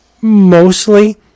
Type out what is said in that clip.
mostly